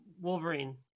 Wolverine